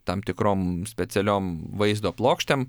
tam tikrom specialiom vaizdo plokštėm